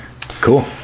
Cool